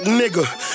nigga